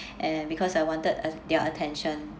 and because I wanted uh their attention